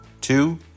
two